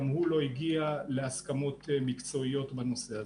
גם הוא לא הגיע להסכמות מקצועיות בנושא הזה.